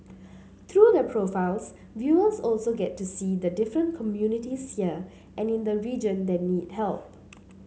through the profiles viewers also get to see the different communities here and in the region that need help